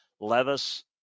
Levis